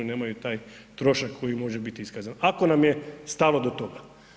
Nemaju taj trošak koji može biti iskazan ako nam je stalo do toga.